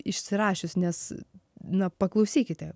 išsirašius nes na paklausykite